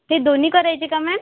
ते दोन्ही करायचे का मॅम